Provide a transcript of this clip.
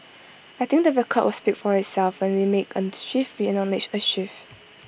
I think the record will speak for itself when we make A shift we A shift